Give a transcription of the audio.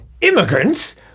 immigrants